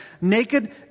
naked